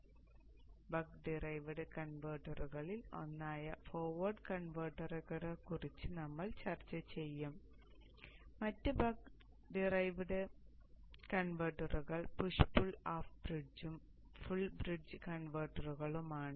അതിനാൽ buck derived കൺവെർട്ടറുകളിൽ ഒന്നായ ഫോർവേഡ് കൺവെർട്ടറിനെക്കുറിച്ച് നമ്മൾ ചർച്ച ചെയ്യും മറ്റ് ബക്ക് ഡിറൈവ് കൺവെർട്ടറുകൾ പുഷ് പുൾ ഹാഫ് ബ്രിഡ്ജും ഫുൾ ബ്രിഡ്ജ് കൺവെർട്ടറുകളുമാണ്